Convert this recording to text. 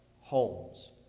homes